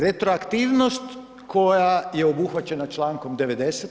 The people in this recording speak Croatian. Retroaktivnost koja je obuhvaćena čl. 90.